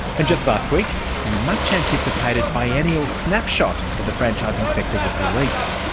and just last week the much anticipated biennial snapshot of the franchising sector was released.